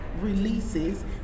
releases